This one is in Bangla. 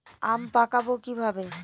আম পাকাবো কিভাবে?